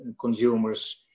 consumers